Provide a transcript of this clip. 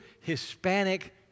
Hispanic